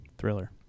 thriller